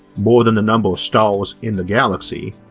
more than the number of stars in the galaxy,